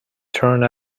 turned